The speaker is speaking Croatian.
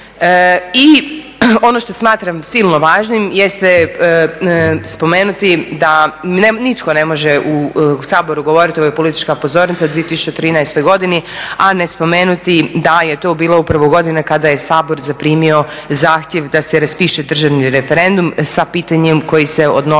I ono što smatram silno važnim jeste spomenuti da nitko ne može u Saboru govoriti, ovo je politička pozornica o 2013. godini a ne spomenuti da je to bilo upravo godina kada je Sabor zaprimio zahtjev da se raspiše državni referendum sa pitanjem koje se odnosilo